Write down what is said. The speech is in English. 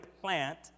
plant